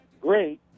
great